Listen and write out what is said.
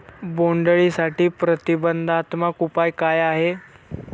बोंडअळीसाठी प्रतिबंधात्मक उपाय काय आहेत?